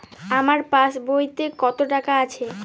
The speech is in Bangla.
আমার পাসবইতে কত টাকা আছে?